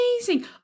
amazing